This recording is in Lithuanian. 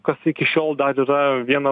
kas iki šiol dar yra viena